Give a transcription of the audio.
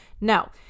now